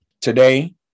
today